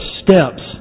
steps